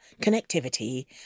connectivity